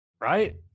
right